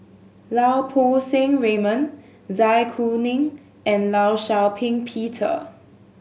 Lau Poo Seng Raymond Zai Kuning and Law Shau Ping Peter